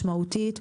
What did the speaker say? משמעותית,